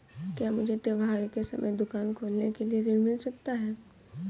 क्या मुझे त्योहार के समय दुकान खोलने के लिए ऋण मिल सकता है?